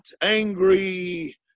angry